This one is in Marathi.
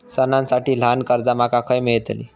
सणांसाठी ल्हान कर्जा माका खय मेळतली?